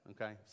Okay